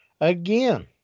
Again